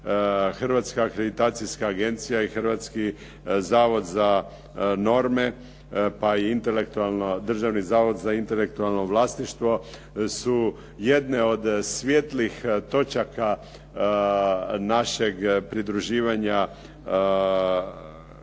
Hrvatska akreditacijska agencija i Hrvatski zavod za norme pa i intelektualno, Državni zavod za intelektualno vlasništvo su jedne od svijetlih točaka našeg pridruživanja Europskoj